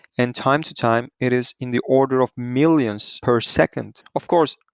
and time to time it is in the order of millions per second. of course,